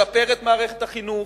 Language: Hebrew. לשפר את מערכת החינוך,